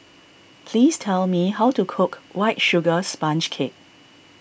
please tell me how to cook White Sugar Sponge Cake